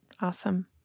Awesome